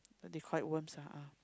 but they call it worms lah ah